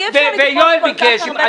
אי-אפשר לדחוף כל כך הרבה דברים.